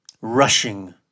rushing